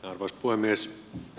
arvoisa puhemies